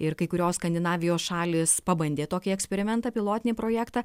ir kai kurios skandinavijos šalys pabandė tokį eksperimentą pilotinį projektą